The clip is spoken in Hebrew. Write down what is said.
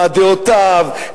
מה דעותיו,